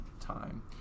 time